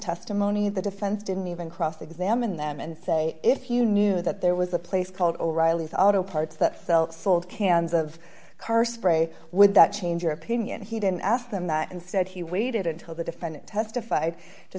testimony the defense didn't even cross examine them and say if you knew that there was a place called o'reilly's auto parts that felt sold cans of car spray would that change your opinion he didn't ask them that and said he waited until the defendant testif